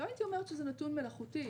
לא הייתי אומרת שזה נתון מלאכותי.